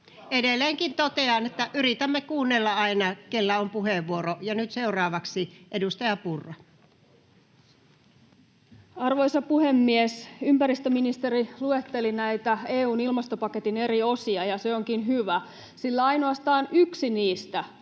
Edelleenkin totean, että yritämme kuunnella aina sitä, kellä on puheenvuoro. — Ja nyt seuraavaksi edustaja Purra. Arvoisa puhemies! Ympäristöministeri luetteli näitä EU:n ilmastopaketin eri osia, ja se onkin hyvä. Sillä ainoastaan yhden niistä —